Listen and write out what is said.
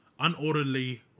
unorderly